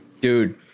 dude